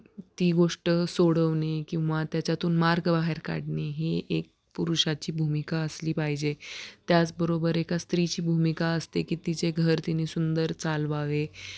ती गोष्ट सोडवणे किंवा त्याच्यातून मार्ग बाहेर काढणे ही एक पुरुषाची भूमिका असली पाहिजे त्याचबरोबर एका स्त्रीची भूमिका असते की तिचे घर तिने सुंदर चालवावे